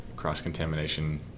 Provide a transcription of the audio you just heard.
cross-contamination